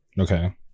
Okay